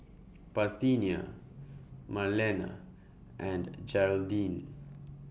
Parthenia Marlena and Jeraldine